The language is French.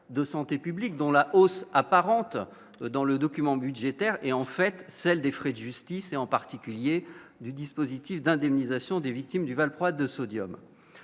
de santé publique, dont la hausse apparente dans le document budgétaire est en fait celle des frais de justice, et en particulier du dispositif d'indemnisation des victimes du valproate de sodium,